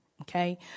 Okay